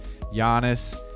Giannis